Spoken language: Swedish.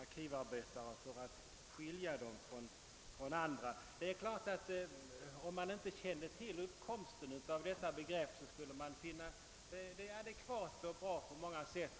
arkivarbetare är i hög grad en realitet, och det skiljer dessa arbetstagare från andra statsanställda. Om man inte kände till hur begreppet uppkommit, skulle man säkerligen finna det adekvat och bra på många sätt.